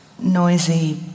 Noisy